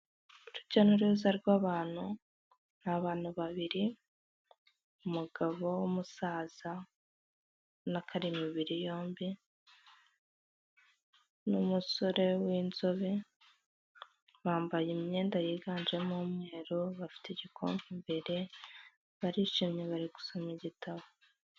Urujya n'uruza rw'abantu ni abantu babiri, umugabo w'umusaza ubona ko ari imibiri yombi n'umusore w'inzobe, bambaye imyenda yiganjemo umweru, bafite igikombe imbere, barishimye, bari gusoma igitabo.